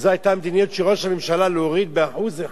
וזאת היתה המדיניות של ראש הממשלה, להוריד ב-1%,